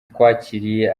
twakiriye